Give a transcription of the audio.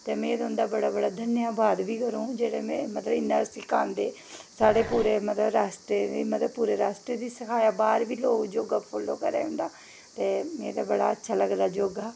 ते में उं'दा बड़ा बड़ा धन्नबाद बी करंग जेह्ड़ा मतलब इन्नी सखांदे साढ़े मतलब पूरे राश्ट्र दी सखाया बाह्र बी लोग ओह् करा दे होंदे ते में ते बड़ा अच्छा लगदा योगा